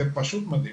זה פשוט מדהים.